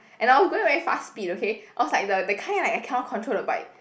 and I was going very fast speed okay I was like the the kind like I cannot control the bike